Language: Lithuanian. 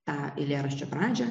tą eilėraščio pradžią